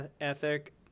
ethic